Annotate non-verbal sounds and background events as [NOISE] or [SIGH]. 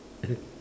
[NOISE]